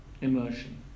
immersion